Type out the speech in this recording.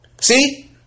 See